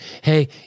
Hey